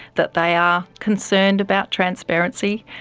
that they are concerned about transparency,